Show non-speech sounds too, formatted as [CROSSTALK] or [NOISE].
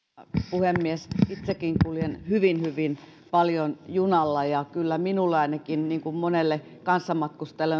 puhemies itsekin kuljen hyvin hyvin paljon junalla ja kyllä minulle ainakin niin kuin monelle kanssamatkustajalle [UNINTELLIGIBLE]